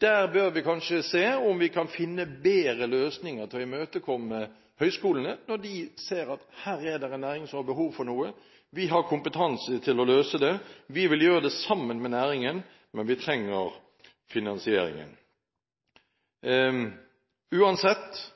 Der bør vi kanskje se om vi kan finne bedre løsninger for å imøtekomme høyskolene når de ser at her er det en næring som har behov for noe, vi har kompetanse til å løse det, vi vil gjøre det sammen med næringen, men vi trenger finansieringen. Uansett